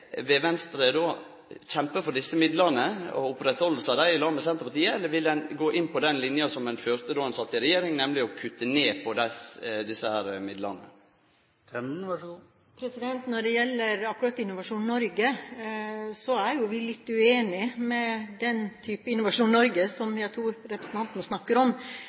Vil Venstre kjempe for desse midlane og at dei skal oppretthaldast, i lag med Senterpartiet, eller vil dei gå inn på den linja som dei førte då dei sat i regjering, nemleg å kutte ned på desse midlane? Når det gjelder akkurat Innovasjon Norge, er vi litt uenige når det gjelder den typen Innovasjon Norge som jeg tror representanten snakker om.